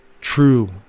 true